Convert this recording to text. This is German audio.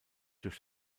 durch